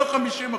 לא 50%,